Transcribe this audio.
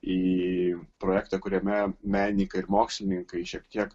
į projektą kuriame menininkai mokslininkai šiek tiek